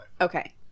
Okay